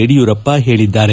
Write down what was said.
ಯಡಿಯೂರಪ್ಪ ಹೇಳಿದ್ದಾರೆ